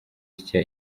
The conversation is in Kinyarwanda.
itya